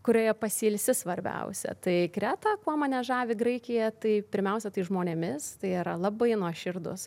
kurioje pasiilsi svarbiausia tai kreta kuo mane žavi graikija tai pirmiausia tai žmonėmis tai yra labai nuoširdūs